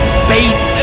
space